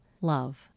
Love